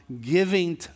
giving